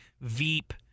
Veep